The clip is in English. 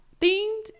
themed